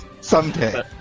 Someday